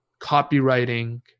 copywriting